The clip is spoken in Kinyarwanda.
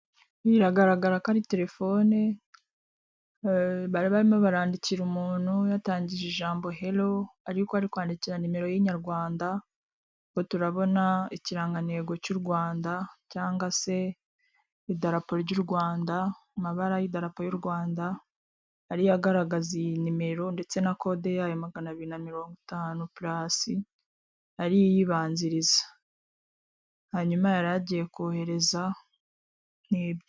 Biragaragara ko ari telefone bari barimo barandikira umuntu yatangije ijambo helo ariko ari kwandikira nimero y'inyarwanda ngo turabona ikirangantego cy'u Rwanda cyangwa se idarapo ry'u Rwanda amabara y'idarapo y'u Rwanda, ariyo agaragaza iyi nimero ndetse na kode yayo magana abiri na mirongo itanu purasi, ariyo iyibanziriza, hanyuma yari agiye kohereza.